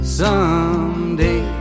someday